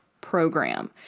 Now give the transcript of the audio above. program